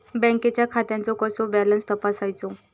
बँकेच्या खात्याचो कसो बॅलन्स तपासायचो?